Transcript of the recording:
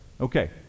Okay